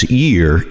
year